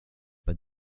but